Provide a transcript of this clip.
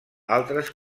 altres